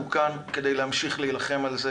אנחנו כאן כדי להמשיך להילחם על זה,